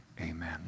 amen